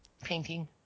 Painting